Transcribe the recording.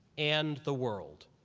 and the world.